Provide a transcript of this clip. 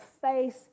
face